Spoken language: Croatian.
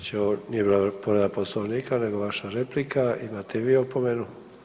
Znači ovo nije bila povreda Poslovnika nego vaša replika, imate i vi opomenu.